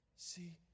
See